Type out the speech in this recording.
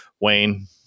Wayne